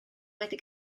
wedi